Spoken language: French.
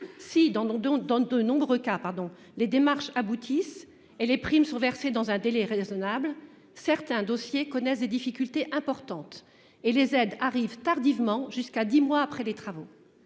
dans dans de nombreux cas pardon les démarches aboutissent et les primes sont versées dans un délai raisonnable. Certains dossiers connaissent des difficultés importantes et les aides arrivent tardivement jusqu'à 10 mois après les travaux.